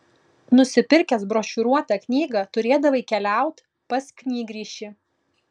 nusipirkęs brošiūruotą knygą turėdavai keliaut pas knygrišį